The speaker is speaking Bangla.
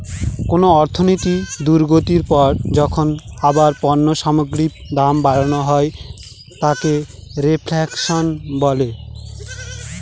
কোন অর্থনৈতিক দুর্গতির পর যখন আবার পণ্য সামগ্রীর দাম বাড়ানো হয় তাকে রেফ্ল্যাশন বলে